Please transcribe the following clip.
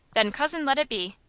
then cousin let it be!